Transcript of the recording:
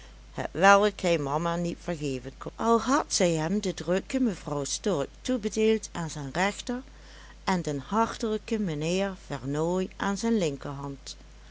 hetwelk hij mama niet vergeven kon al had zij hem de drukke mevrouw stork toebedeeld aan zijn rechter en den hartelijken mijnheer vernooy aan zijn linkerhand